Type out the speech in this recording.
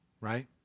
right